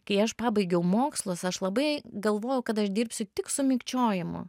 kai aš pabaigiau mokslus aš labai galvojau kad aš dirbsiu tik su mikčiojimu